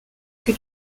que